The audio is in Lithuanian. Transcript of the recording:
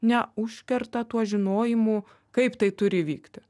neužkerta tuo žinojimu kaip tai turi įvykti